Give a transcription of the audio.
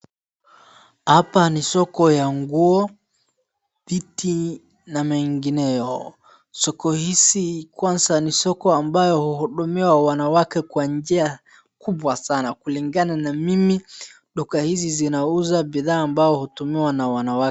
Hapa ni soko ya nguo, viti na mengineyo. Soko hizi kwanza ni soko ambayo huhudumia wanawake kwa njia kubwa sana. Kulingana na mimi duka hizi zinauza bidhaa ambao hutumiwa na wanawake.